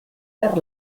per